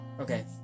Okay